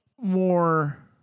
more